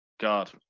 God